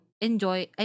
enjoy